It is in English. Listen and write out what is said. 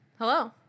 Hello